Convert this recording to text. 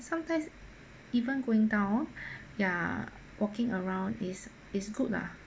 sometimes even going down ya walking around is is good lah